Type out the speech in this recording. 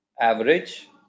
average